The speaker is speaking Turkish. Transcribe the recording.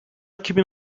kimin